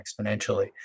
exponentially